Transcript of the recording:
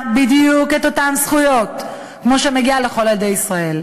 בדיוק אותן זכויות שמגיעות לכל ילדי ישראל.